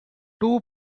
two